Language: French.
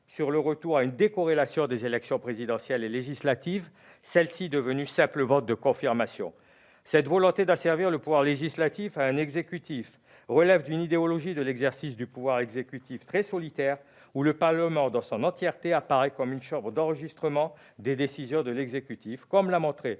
sur le retour à une décorrélation des élections présidentielle et législatives, ces dernières étant devenues un simple vote de confirmation. Cette volonté d'asservir le pouvoir législatif à l'exécutif relève d'une idéologie de l'exercice du pouvoir très solitaire, où le Parlement dans son entièreté apparaît comme une chambre d'enregistrement des décisions de l'exécutif, comme l'a montré